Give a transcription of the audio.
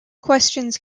questions